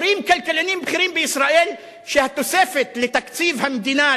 אומרים כלכלנים בכירים בישראל שהתוספת לתקציב המדינה,